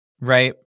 Right